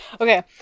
Okay